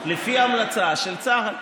לפי ההמלצה של צה"ל,